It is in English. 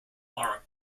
are